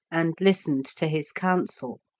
and listened to his counsel.